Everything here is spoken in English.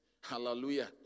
Hallelujah